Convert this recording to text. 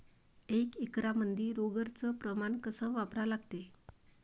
एक एकरमंदी रोगर च प्रमान कस वापरा लागते?